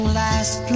last